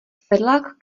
sedlák